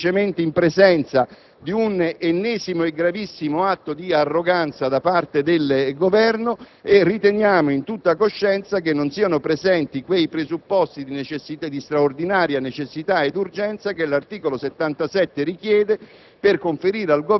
che si è in presenza di un ennesimo e gravissimo atto di arroganza da parte del Governo e riteniamo in tutta coscienza che non siano presenti quei presupposti di straordinaria necessità e urgenza che l'articolo 77 della